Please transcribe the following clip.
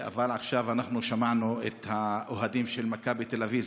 אבל עכשיו אנחנו שמענו את האוהדים של מכבי תל אביב.